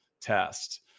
test